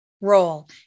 role